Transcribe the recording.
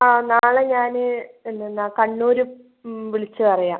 ആ നാളെ ഞാൻ എന്ത്ന്നാ കണ്ണൂർ വിളിച്ചു പറയാം